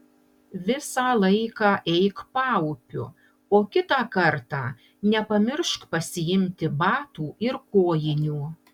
visą laiką eik paupiu o kitą kartą nepamiršk pasiimti batų ir kojinių